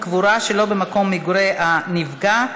הקדמת מועד תשלום גמלה),